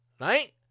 right